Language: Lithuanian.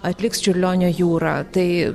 atliks čiurlionio jūrą tai